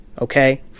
okay